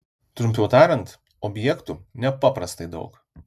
trumpiau tariant objektų nepaprastai daug